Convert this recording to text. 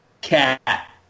Cat